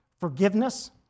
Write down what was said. forgiveness